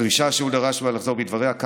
הדרישה שהוא דרש ממה לחזור בה מדבריה,